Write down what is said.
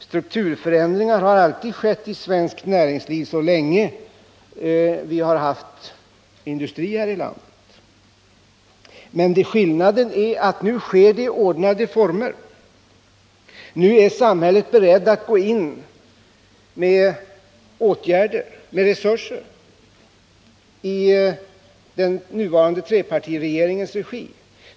Strukturförändringar har ägt i rum svenskt näringsliv så länge vi har haft industri här i landet. Skillnaden är emellertid den att förändringarna nu sker i ordnade former. Nu är samhället, i den nuvarande trepartiregeringens regi, berett att gå in med resurser.